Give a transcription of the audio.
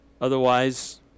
Otherwise